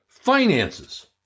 Finances